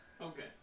Okay